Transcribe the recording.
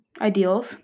ideals